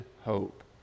hope